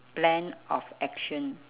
plan of action